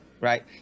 right